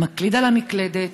מקליד על המקלדת.